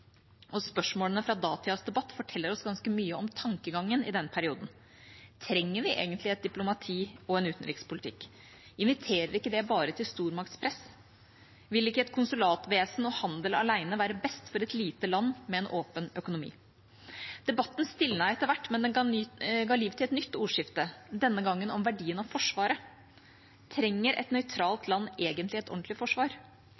og spørsmålene fra datidas debatt forteller oss ganske mye om tankegangen i denne perioden: Trenger vi egentlig et diplomati og en utenrikspolitikk? Inviterer ikke det bare til stormaktspress? Vil ikke et konsulatvesen og handel alene være best for et lite land med en åpen økonomi? Debatten stilnet etter hvert, men den ga liv til et nytt ordskifte, denne gangen om verdien av forsvaret. Trenger et